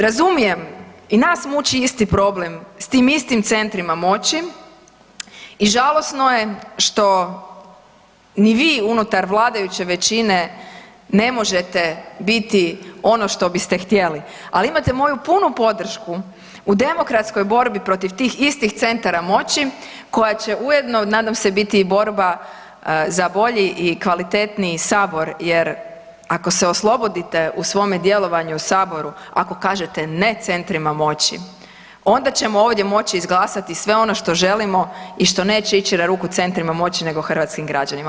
Razumijem, i nas muči isti problem s tim istim centrima moći i žalosno je što ni vi unutar vladajuće većine ne možete biti ono što biste htjeli, ali imate moju punu podršku u demokratskoj borbi protiv tih istih centara moći koja će ujedno nadam se biti i borba za bolji i kvalitetniji sabor jer ako se oslobodite u svome djelovanju u saboru, ako kažete ne centrima moći onda ćemo ovdje moći izglasati sve ono što želimo i što neće ići na ruku centrima moći nego hrvatskim građanima.